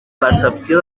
percepció